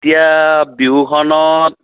এতিয়া বিহুখনত